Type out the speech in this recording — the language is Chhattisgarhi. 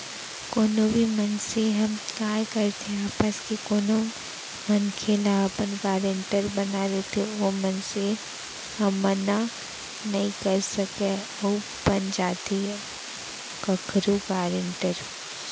कोनो भी मनसे ह काय करथे आपस के कोनो मनखे ल अपन गारेंटर बना लेथे ओ मनसे ह मना नइ कर सकय अउ बन जाथे कखरो गारेंटर